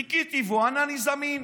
חיכיתי והוא ענה: אני זמין.